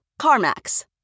CarMax